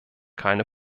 keine